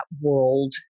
world